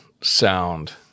sound